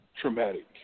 Traumatic